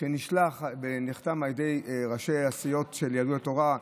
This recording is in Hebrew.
שנשלח ונחתם על ידי ראשי הסיעות של יהדות התורה,